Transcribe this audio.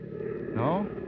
No